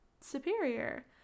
superior